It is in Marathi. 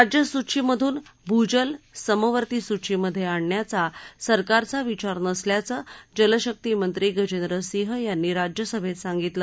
राज्यसूचीमधून भूजल समवर्ती सूचीमधे आणायचा सरकारचा विचार नसल्याचं जलशक्तिमंत्री गजेंद्र सिंह यांनी राज्यसभेत सांगितलं